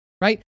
right